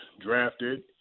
drafted